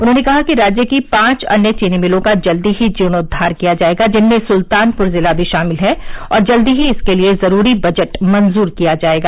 उन्होंने कहा कि राज्य की पांच अन्य चीनी मिलों का जल्द ही जीर्णोद्वार किया जायेगा जिनमें सुल्तानपुर ज़िला भी शामिल है और जल्द ही इसके लिये जरूरी बजट मंजूर किया जायेगा